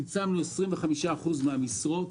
צמצמנו 25% מהמשרות,